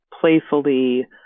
playfully